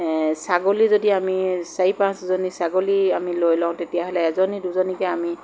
ছাগলী যদি আমি চাৰি পাঁচজনী ছাগলী আমি লৈ লওঁ তেতিয়াহ'লে এজনী দুজনীকৈ আমি